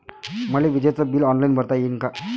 मले विजेच bill online भरता येईन का?